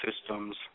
systems